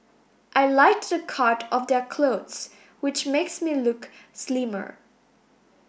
I like the cut of their clothes which makes me look slimmer